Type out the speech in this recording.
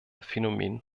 phänomen